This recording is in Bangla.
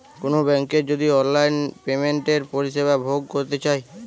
কোনো বেংকের যদি অনলাইন পেমেন্টের পরিষেবা ভোগ করতে চাই